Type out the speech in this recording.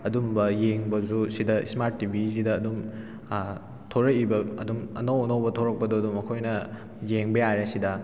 ꯑꯗꯨꯝꯕ ꯌꯦꯡꯕꯁꯨ ꯁꯤꯗ ꯏꯁꯃꯥꯔꯠ ꯇꯤꯚꯤꯁꯤꯗ ꯑꯗꯨꯝ ꯊꯣꯔꯛꯏꯕ ꯑꯗꯨꯝ ꯑꯅꯧ ꯑꯅꯧꯕ ꯊꯣꯔꯛꯄꯗꯣ ꯑꯗꯨꯝ ꯑꯩꯈꯣꯏꯅ ꯌꯦꯡꯕ ꯌꯥꯔꯦ ꯁꯤꯗ